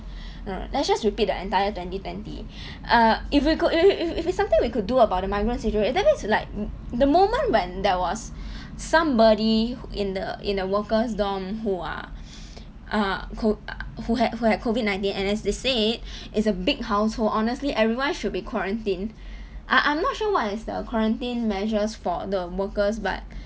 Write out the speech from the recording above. you know let's just repeat the entire twenty twenty err if we could if if if it's something we could do about the migrant situation that means like the moment when there was somebody in the in the workers' dorm who are uh who who had who had COVID nineteen and as they said it's a big household honestly everyone should be quarantined I I'm not sure what is the quarantine measures for the workers but